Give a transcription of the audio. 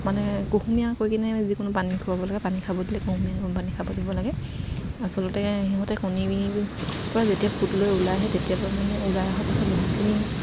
মানে কুহুমীয়া কৰি কিনে যিকোনো পানী খোৱাব লাগে পানী খাব দিলে কুহুমীয়া কম পানী খাব দিব লাগে আচলতে সিহঁতে কণী পৰা যেতিয়া ফুট লৈ ওলাই আহে তেতিয়া মানে ওলাই পাছত বহুতখিনি